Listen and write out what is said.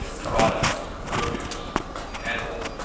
ah products, produce animals,